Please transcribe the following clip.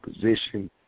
position